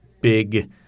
big